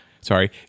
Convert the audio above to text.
sorry